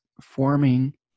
forming